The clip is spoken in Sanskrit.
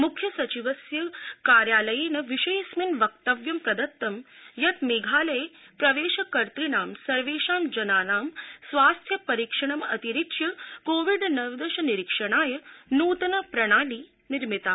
मुख्य सचिवस्य कार्यालयेन विषयेऽस्मिन् वक्तव्यं प्रदत्तं यत् मेघालये प्रवेशकतृणां सर्वेषां जनानां स्वास्थ्य परीक्षणं अतिरिच्य कोविड नवदश निरीक्षणाय नूतन प्रणाली निर्मिताः